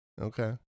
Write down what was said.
Okay